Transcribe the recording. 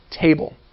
table